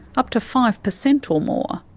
up to five per cent or more.